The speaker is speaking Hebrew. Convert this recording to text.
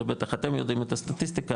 זה בטח אתם יודעים את הסטטיסטיקה,